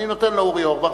אני נותן לאורי אורבך.